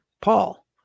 Paul